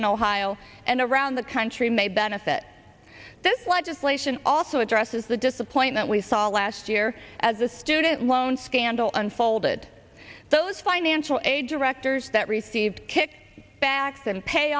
in ohio and around the country may benefit this legislation also addresses the disappointment we saw last year as the student loan scandal unfolded those financial aid directors that received kick backs and pay